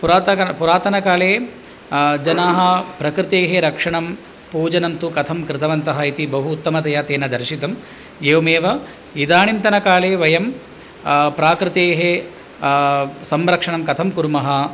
पुरातन पुरातनकाले जनाः प्रकृतेः रक्षणं पूजनं तु कथं कृतवन्तः इति बहु उत्तमतया तेन दर्शितम् एवमेव इदानिन्तनकाले वयं प्रकृतेः संरक्षणं कथं कुर्मः